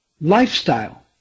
lifestyle